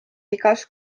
igas